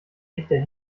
echter